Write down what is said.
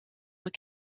were